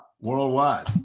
worldwide